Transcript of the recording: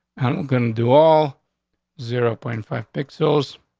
and i'm gonna do all zero point five pixels